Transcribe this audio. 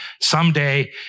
Someday